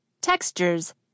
textures